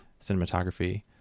cinematography